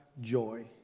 joy